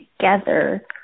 together